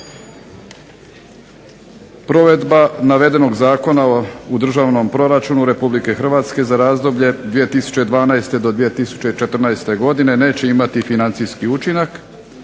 Provedba navedenog zakona u državno proračunu Republike Hrvatske za razdoblje 2012. do 2014. godine neće imati financijski učinak.